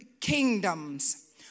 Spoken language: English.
kingdoms